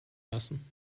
lassen